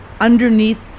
underneath